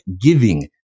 giving